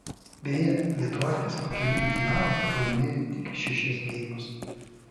beje lietuvaitės pakeliui į finalą pralaimėjo tik šešis geimus